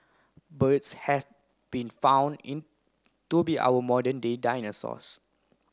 birds been found in to be our modern day dinosaurs